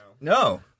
No